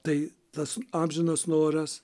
tai tas amžinas noras